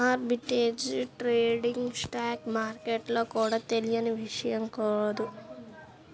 arbitrage trading stock మార్కెట్లలో కూడా తెలియని విషయం కాదు